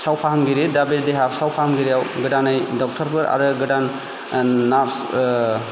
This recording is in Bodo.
सावफाहामगिरि दा बे जोंहा देहा सावफाहामगिरियाव गोदानै डक्टरफोर आरो गोदानै नार्स